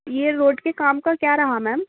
یہ روڈ کے کام کا کیا رہا میم